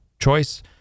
choice